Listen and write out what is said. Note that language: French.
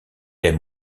aime